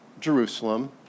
Jerusalem